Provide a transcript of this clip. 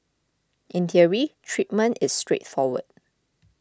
in theory treatment is straightforward